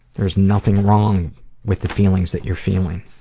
there's nothing wrong with the feelings that you're feeling,